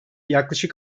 yaklaşık